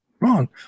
wrong